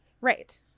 right